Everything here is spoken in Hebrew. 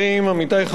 אני מציע,